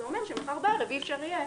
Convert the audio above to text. זה אומר שמחר בערב אי אפשר יהיה